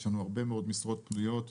יש לנו הרבה מאוד משרות פנויות,